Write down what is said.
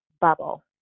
bubble